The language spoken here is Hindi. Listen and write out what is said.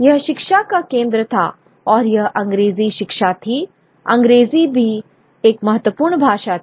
यह शिक्षा का केंद्र था और यह अंग्रेजी शिक्षा थी अंग्रेजी भी एक महत्वपूर्ण भाषा थी